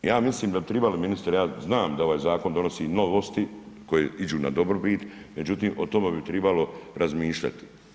Ja mislim da bi trebali ministre, ja znam da ovaj zakon donosi novosti koje idu na dobrobit međutim o tome bi trebalo razmišljati.